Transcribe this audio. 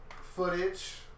footage